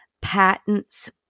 patents